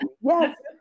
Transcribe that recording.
Yes